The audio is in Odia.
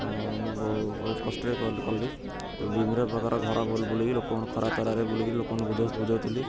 ଆଉ ମୁଁ ବହୁ ବହୁତ କଷ୍ଟରେ କଲି ବିଭିନ୍ନ ପ୍ରକାର ଘର ବୁ ବୁଲିକି ଲୋକଙ୍କୁ ଖରା ତରାରେ ବୁଲିକି ଲୋକଙ୍କୁ ବୁଝ ବୁଝାଉଥିଲି